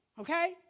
okay